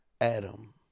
Adam